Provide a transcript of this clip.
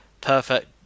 perfect